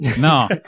No